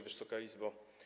Wysoka Izbo!